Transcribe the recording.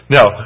Now